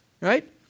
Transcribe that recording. right